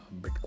Bitcoin